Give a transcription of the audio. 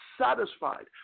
satisfied